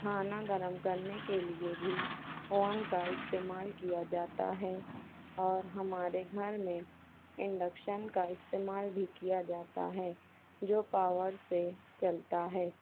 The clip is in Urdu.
کھانا گرم کرنے کے لیے بھی اوون کا استعمال کیا جاتا ہے اور ہمارے گھر میں انڈکشن کا استعمال بھی کیا جاتا ہے جو پاور سے چلتا ہے